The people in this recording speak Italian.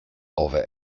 ove